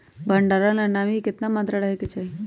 भंडारण ला नामी के केतना मात्रा राहेके चाही?